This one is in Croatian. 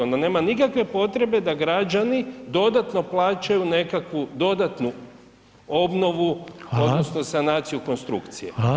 Onda nema nikakve potrebe da građani dodatno plaćaju nekakvu dodatnu obnovu odnosno [[Upadica: Hvala.]] sanaciju konstrukcije.